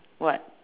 what